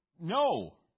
no